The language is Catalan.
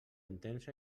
entens